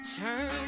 Turn